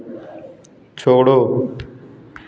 छोड़ो